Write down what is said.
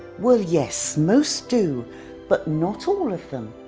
well, yes, most do but not all of them.